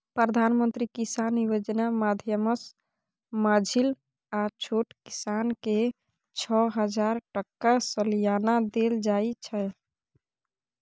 प्रधानमंत्री किसान योजना माध्यमसँ माँझिल आ छोट किसानकेँ छअ हजार टका सलियाना देल जाइ छै